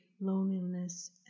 loneliness